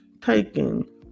taken